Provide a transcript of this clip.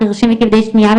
חרשים וכבדי שמיעה,